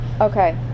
okay